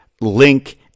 link